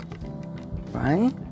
right